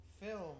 film